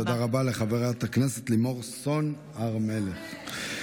תודה רבה לחברת הכנסת לימור סון הר מלך.